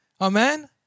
amen